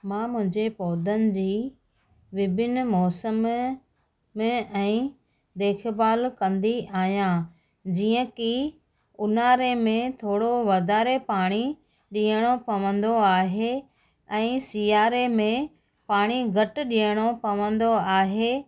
मां मुंहिंजे पौधनि जी विभिन्न मौसम में ऐं देखभाल कंदी आहियां जीअं कि उन्हारे में थोरो वधारे पाणी ॾियणो पवंदो आहे ऐं सियारे में पाणी घटि ॾियणो पवंदो आहे